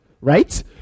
right